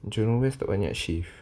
jurong west tak banyak shift